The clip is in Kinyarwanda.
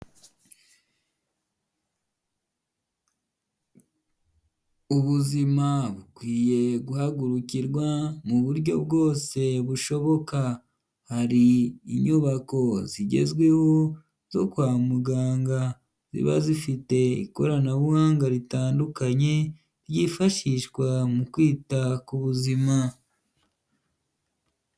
Ubuzima bukwiye guhagurukirwa mu buryo bwose bushoboka, hari inyubako zigezweho zo kwa muganga ziba zifite ikoranabuhanga ritandukanye ryifashishwa mu kwita ku buzima.